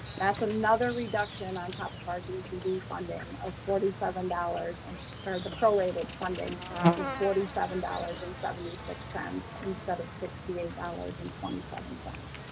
that's another reduction on top of our dcd funding of forty seven dollars and or the pro rated funding this forty seven dollars and seventy six cents instead of sixty eight dollars and twenty seven cents.